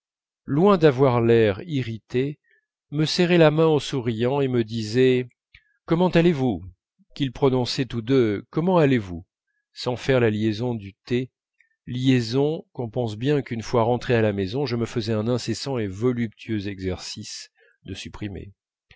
loin d'avoir l'air irrité me serraient la main en souriant et me disaient comment allez-vous qu'ils prononçaient tous deux commen allez-vous sans faire la liaison du t liaison qu'on pense bien qu'une fois rentré à la maison je me faisais un incessant et voluptueux exercice de supprimer